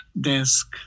desk